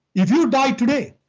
if you died today,